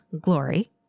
glory